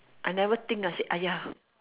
I never think ah said !aiya!